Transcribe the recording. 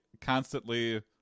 constantly